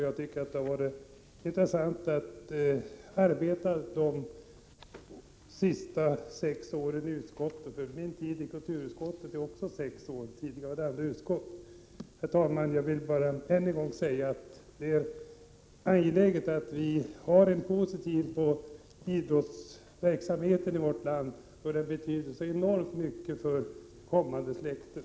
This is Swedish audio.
Jag tycker att det har varit intressant att arbeta de senaste sex åren i kulturutskottet. Min tid i kulturutskottet är också sex år — tidigare tillhörde jag andra utskott. Herr talman! Jag vill än en gång säga att det är angeläget att vi har en positiv syn på idrottsverksamheten i vårt land, för den betyder enormt mycket för kommande släkten.